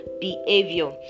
behavior